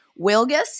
Wilgis